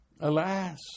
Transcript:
Alas